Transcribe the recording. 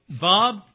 Bob